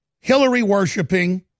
Hillary-worshiping